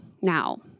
Now